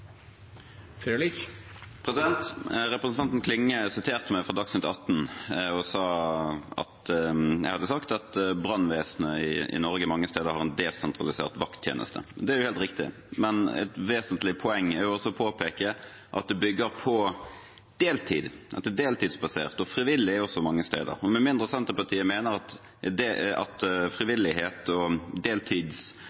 Representanten Klinge siterte meg fra Dagsnytt 18 og sa at jeg hadde sagt at brannvesenet i Norge mange steder var en desentralisert vakttjeneste. Det er jo helt riktig, men et vesentlig poeng er også å påpeke at det bygger på deltid, at det er deltidsbasert og frivillig også mange steder. Med mindre Senterpartiet mener at